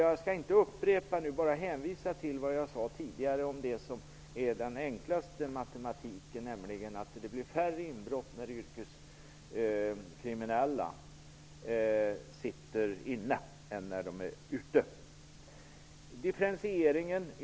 Jag skall inte upprepa vad jag tidigare har sagt. Jag bara hänvisar till det. Det är nämligen den enklaste matematik att räkna ut att det blir färre inbrott när yrkeskriminella sitter inne jämfört med när de inte gör det.